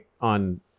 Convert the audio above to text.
on